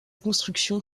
construction